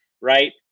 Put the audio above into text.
Right